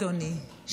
אדוני,